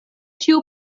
ĉiu